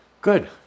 Good